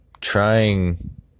trying